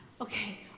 Okay